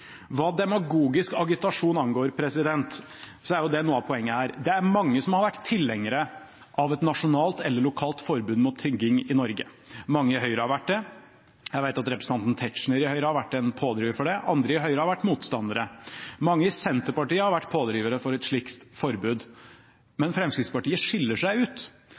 Hva demagogisk agitasjon angår, er jo det noe av poenget her. Det er mange som har vært tilhengere av et nasjonalt eller lokalt forbud mot tigging i Norge. Mange i Høyre har vært det. Jeg vet at representanten Tetzschner har vært en pådriver for det, mens andre i Høyre har vært motstandere. Mange i Senterpartiet har vært pådrivere for et slikt forbud. Men Fremskrittspartiet skiller seg ut.